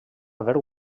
haver